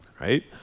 right